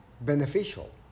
beneficial